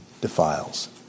defiles